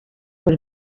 per